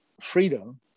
freedom